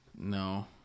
no